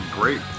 great